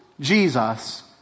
Jesus